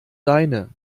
deine